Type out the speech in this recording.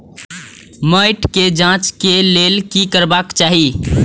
मैट के जांच के लेल कि करबाक चाही?